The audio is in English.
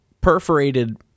perforated